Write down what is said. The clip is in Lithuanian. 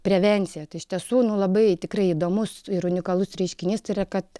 prevencija tai iš tiesų nu labai tikrai įdomus ir unikalus reiškinys tai yra kad